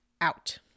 out